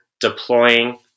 deploying